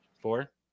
Four